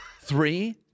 Three